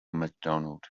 macdonald